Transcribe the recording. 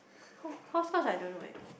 h~ hopscotch I don't know right